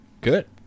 Good